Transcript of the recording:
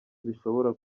zishobora